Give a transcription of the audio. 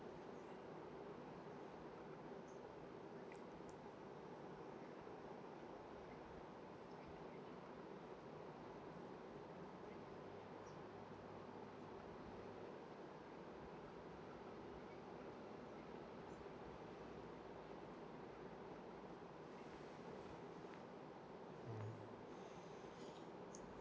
mm